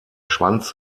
schwanz